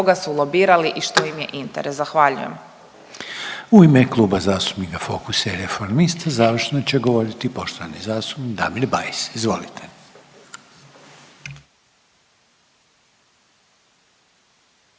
U ime Kluba zastupnika Fokusa i Reformista završno će govoriti poštovani zastupnik Damir Bajs. Izvolite.